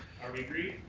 are we agreed?